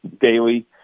daily